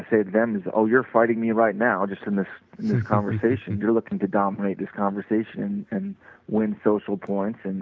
say to them is, oh, you are fighting me right now just in this conversation, you are looking to dominate this conversation and win social points, and